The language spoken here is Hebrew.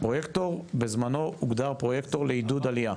הפרויקטור בזמנו הוגדר פרויקטור לעידוד עלייה.